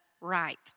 right